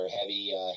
heavy